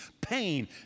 pain